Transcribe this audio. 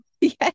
yes